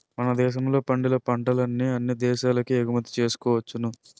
మన దేశంలో పండిన పంటల్ని అన్ని దేశాలకు ఎగుమతి చేసుకోవచ్చును